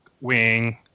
Wing